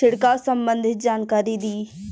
छिड़काव संबंधित जानकारी दी?